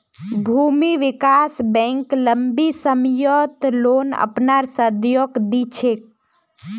भूमि विकास बैंक लम्बी सम्ययोत लोन अपनार सदस्यक दी छेक